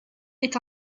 est